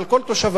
על כל תושביו.